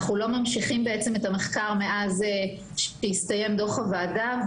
אנחנו לא ממשיכים את המחקר מאז שהסתיים דוח הוועדה.